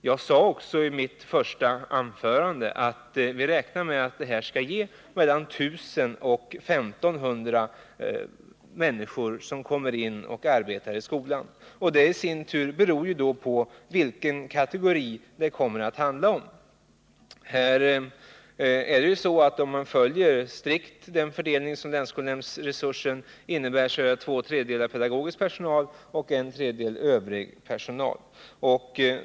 Jag sade också i mitt första anförande att vi räknar med att detta skall medföra att mellan 1000 och 1500 människor kommer in och arbetar i skolan. Detta beror i sin tur på vilka kategorier det kommer att handla om. Om man strikt följer den fördelning som länsskolnämndsresursen innebär, blir resultatet två tredjedelar pedagogisk personal och en tredjedel övrig personal.